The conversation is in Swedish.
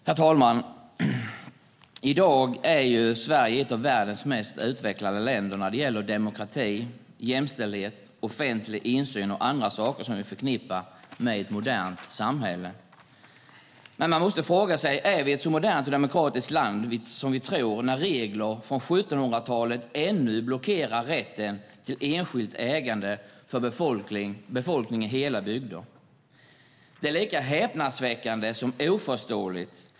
Herr talman! I dag är Sverige ett av världens mest utvecklade länder när det gäller demokrati, jämställdhet, offentlig insyn och andra saker som vi förknippar med ett modernt samhälle. Men man måste fråga sig: Är vi ett så modernt och demokratiskt land som vi tror när regler från 1700-talet ännu blockerar rätten till enskilt ägande för befolkningen i hela bygder? Det är lika häpnadsväckande som oförståeligt.